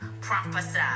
Prophesy